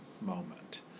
moment